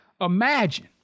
Imagine